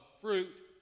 fruit